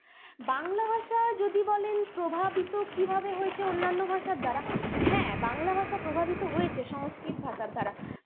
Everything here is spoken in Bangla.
বাংলা ভাষা যদি বলেন প্রভাবিত কীভাবে হয়েছে অন্যান্য ভাষার দ্বারা হ্যাঁ বাংলা ভাষা প্রভাবিত হয়েছে সংস্কৃত ভাষার দ্বারা